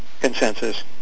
consensus